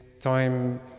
time